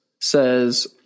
says